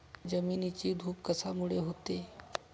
जमिनीची धूप कशामुळे होते?